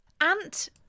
Ant